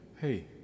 hey